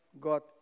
got